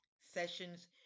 sessions